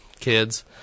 kids